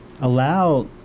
allow